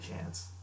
chance